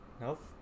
nope